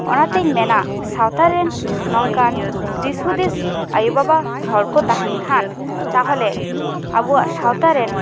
ᱚᱱᱟᱛᱮᱧ ᱢᱮᱱᱟ ᱥᱟᱶᱛᱟᱨᱮᱱ ᱱᱚᱝᱠᱟᱱ ᱫᱤᱥᱦᱩᱫᱤᱥ ᱟᱭᱳᱼᱵᱟᱵᱟ ᱦᱚᱲ ᱠᱚ ᱛᱟᱦᱮᱱ ᱠᱷᱟᱱ ᱛᱟᱦᱚᱞᱮ ᱟᱵᱚᱣᱟᱜ ᱥᱟᱶᱛᱟᱨᱮᱱ